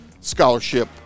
scholarship